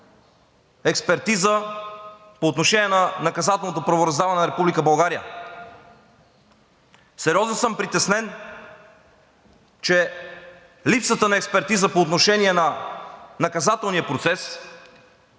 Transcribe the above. експертиза по отношение на наказателното правораздаване на Република България. Сериозно съм притеснен, че липсата на експертиза по отношение на наказателния процес